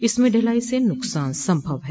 इसमें ढिलाई से नुकसान संभव है